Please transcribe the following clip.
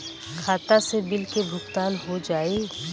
खाता से बिल के भुगतान हो जाई?